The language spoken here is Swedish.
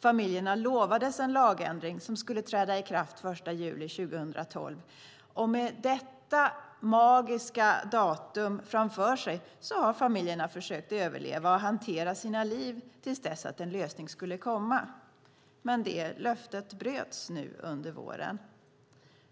Familjerna lovades en lagändring som skulle träda i kraft den 1 juli 2012, och med detta magiska datum framför sig har familjerna försökt överleva och hantera sina liv till dess att lösningen skulle komma. Detta löfte bröts dock i våras.